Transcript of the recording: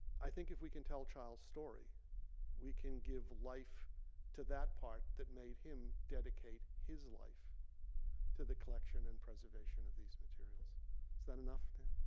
i think if we can tell child's story we can give life to that part that made him dedicate his life to the collection and preservation of these materials that enough there?